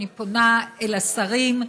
אני פונה אל השרים,